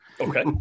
Okay